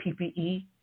PPE